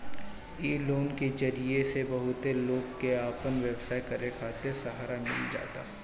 इ लोन के जरिया से बहुते लोग के आपन व्यवसाय करे खातिर सहारा मिल जाता